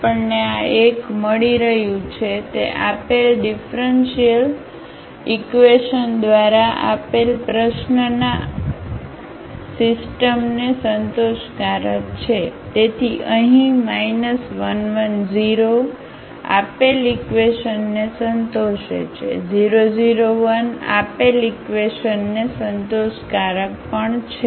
આપણને આ 1 મળી રહ્યું છે તે આપેલ ઙીફરન્શીઅલ ઈક્વેશન દ્વારા આપેલ પ્રશ્નના આપેલ સિસ્ટમને સંતોષકારક છે તેથી અહીં 1 1 0 આપેલ ઈક્વેશનને સંતોષે છે 0 0 1 આપેલ ઈક્વેશનને સંતોષકારક પણ છે